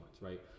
right